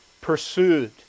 pursued